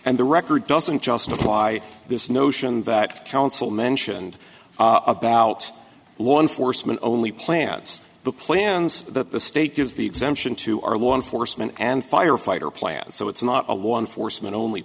and the record doesn't just apply this notion that counsel mentioned about law enforcement only plants the plans that the state gives the exemption to our law enforcement and firefighter plan so it's not a one foresman only